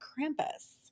Krampus